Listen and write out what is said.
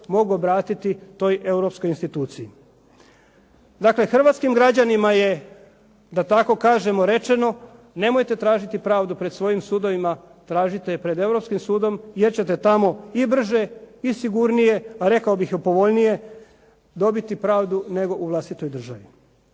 mogu obratiti toj europskoj instituciji. Dakle, hrvatskih građanima je da tako kažemo rečeno nemojte tražiti pravdu pred svojim sudovima, tražite je pred Europskim sudom jer ćete tamo i brže i sigurnije, a rekao bih i povoljnije, dobiti pravdu nego u vlastitoj državi.